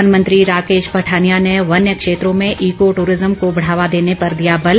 वनमंत्री राकेश पठानिया ने वन्य क्षेत्रों में ईको टूरिज्म को बढ़ावा देने पर दिया बल